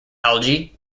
algae